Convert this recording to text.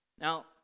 Now